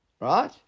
right